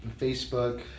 Facebook